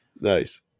Nice